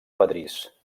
pedrís